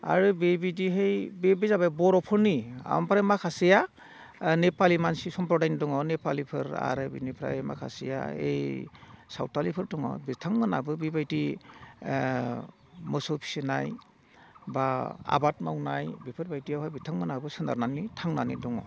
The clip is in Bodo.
आरो बेबायदिहै बे बे जाबाय बर'फोरनि आमफ्राय माखासेया नेपालि मानसि समप्रदायनि दङ नेपालिफोर आरो बिनिफ्राय माखासेया ओइ सावथालफोर दङ बिथांमोनाबो बेबायदि मोसौ फिसिनाय बा आबाद मावनाय बिफोरबायदियावहा बिथांमोनाबो सोनारनानै थांनानै दङ